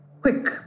quick